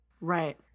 Right